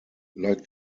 like